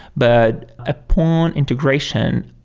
but upon integration,